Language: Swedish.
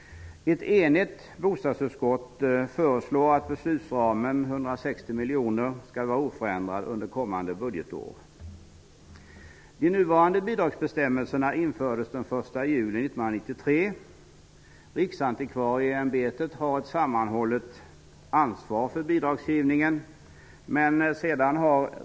Ett enigt bostadsutskott föreslår att beslutsramen på 160 miljoner skall vara oförändrad under kommande budgetår. De nuvarande bidragsbestämmelserna infördes den 1 juli 1993. Riksantikvarieämbetet har ett sammanhållet ansvar för bidragsgivningen.